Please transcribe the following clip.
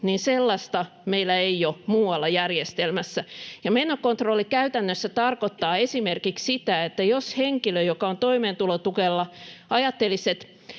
menokontrollia meillä ei ole muualla järjestelmässä. Menokontrolli käytännössä tarkoittaa esimerkiksi sitä, että jos henkilö, joka on toimeentulotuella, ajattelisi,